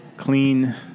Clean